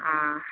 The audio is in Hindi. हाँ